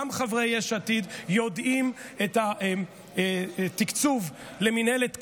גם חברי יש עתיד יודעים את התקצוב של מינהלת תקומה,